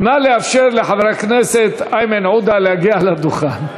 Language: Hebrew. לאפשר לחבר הכנסת איימן עודה להגיע לדוכן.